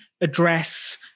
address